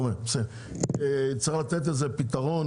נצטרך לתת לזה פתרון.